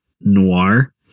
noir